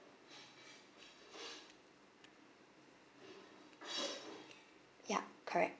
yup correct